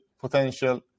potential